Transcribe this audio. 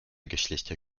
geschlechter